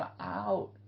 out